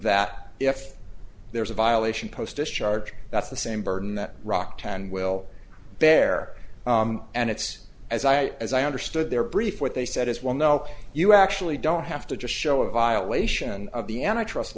that if there is a violation posted charge that's the same burden that rock ten will bear and it's as i as i understood their brief what they said is well no you actually don't have to just show a violation of the antitrust